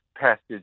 passage